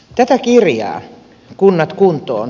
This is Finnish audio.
tätä kirjaa kunnat kuntoon